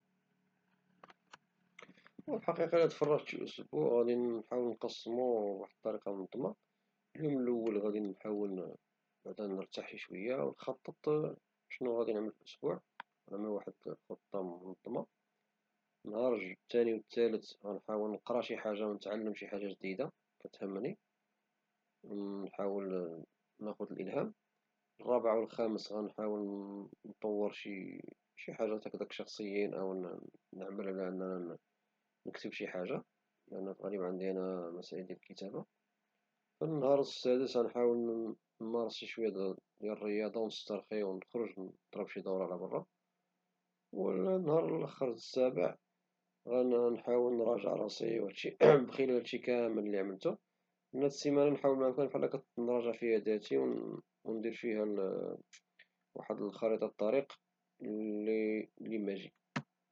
أذا تفرغت شي أسبوع غدي نقسمو بواحد الطريقة منظمة في الأول عنحاول نرتاح شوية ونخطط شنو عنعمل في الأسبوع - نعمل واحد الخطة منظمة- النهار الثاني والثالث نحاول نقرا ونتعلم شي حاجة جديدة كتهمني ونحاول ناخذ منها الالهام ، النهار الخامس عنحاول نطور شي حاجات شخصيين نعمل أنني نكتب شي حاجة ، لأن أنا مرتبط بالكتابة، في النهار السادس عنحاول نمارس شي حاجة ديال الرياضة ونخرج نضرب شي دورة على برا، والنهار الآخر السابع عنحاول نراجع راسي من خلال هدشي لي عملتو ، هدالسيمانة نحاول نراجع فيها ذاتي وندير فيها واحد خارطة الطريق لي ماجي.